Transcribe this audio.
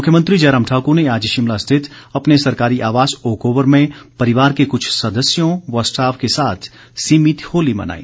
मुख्यमंत्री जयराम ठाकुर ने आज शिमला स्थित अपने सरकारी आवास ओक ओवर में परिवार के क्छ सदस्यों व स्टाफ के साथ सीमित होली मनाई